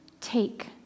take